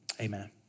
amen